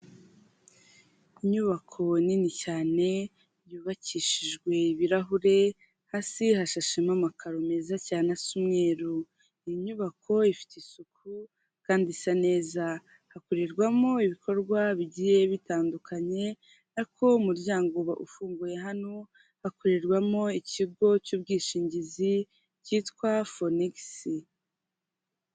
Inyubako nini cyane yubakishijwe ibirahure hasi hashashemo amakaro meza cyane asa umweru iyi nyubako ifite isuku kandi isa neza hakorerwamo ibikorwa bigiye bitandukanye ariko umuryango uba ufunguye hano hakorerwamo ikigo cy'ubwishingizi cyitwa Fowenikisi.